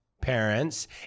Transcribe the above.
parents